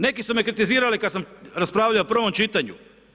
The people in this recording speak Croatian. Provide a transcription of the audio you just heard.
Neki su me kritizirali kada sam raspravljao o prvom čitanju.